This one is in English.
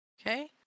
Okay